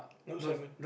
note seven